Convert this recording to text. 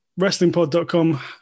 Wrestlingpod.com